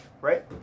right